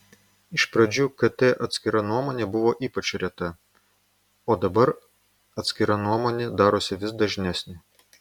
iš pradžių kt atskira nuomonė buvo ypač reta o dabar atskira nuomonė darosi vis dažnesnė